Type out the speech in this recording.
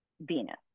Venus